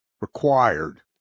required